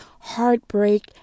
heartbreak